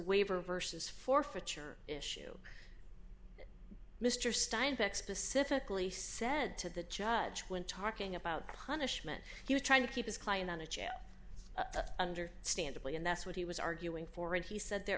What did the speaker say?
waiver versus forfeiture issue mr steinback specifically said to the judge when talking about punishment he was trying to keep his client on a jail under standardly and that's what he was arguing for and he said there